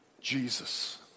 Jesus